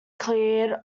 cleared